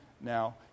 Now